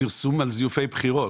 מפרסום על זיופי בחירות,